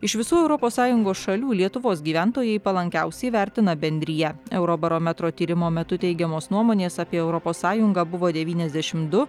iš visų europos sąjungos šalių lietuvos gyventojai palankiausiai vertina bendriją eurobarometro tyrimo metu teigiamos nuomonės apie europos sąjungą buvo devyniasdešim du